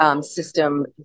system